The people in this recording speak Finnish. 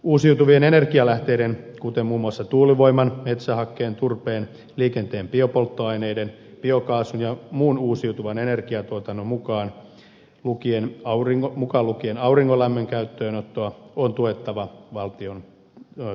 uusiutuvien energialähteiden kuten muun muassa tuulivoiman metsähakkeen turpeen liikenteen biopolttoaineiden biokaasun ja muun uusiutuvan energiatuotannon mukaan lukien aurinkolämmön käyttöönottoa on tuettava valtion tukitoimin